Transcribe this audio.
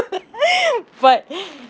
but